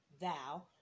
thou